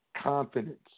confidence